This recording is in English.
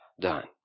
done